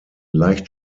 leicht